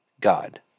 God